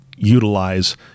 utilize